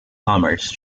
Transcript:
commerce